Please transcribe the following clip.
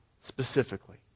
specifically